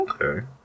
Okay